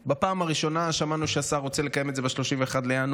בפעם הראשונה שמענו שהשר רוצה לקיים את זה ב-31 בינואר,